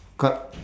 ca~